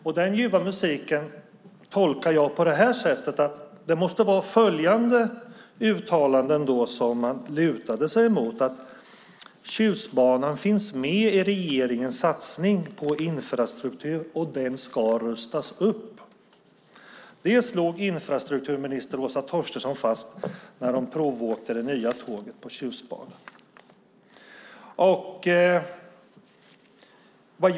Jag tolkar att i fråga om den ljuva musiken lutade man sig mot följande uttalanden, nämligen att Tjustbanan finns med i regeringens satsning på infrastruktur och att banan ska rustas upp. Det slog infrastrukturminister Åsa Torstensson fast när hon provåkte det nya tåget på Tjustbanan.